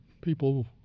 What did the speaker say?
people